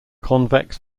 convex